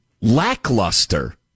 Lackluster